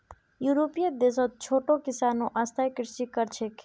यूरोपीय देशत छोटो किसानो स्थायी कृषि कर छेक